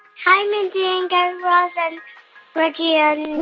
hi, mindy and guy raz and reggie and.